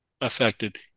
affected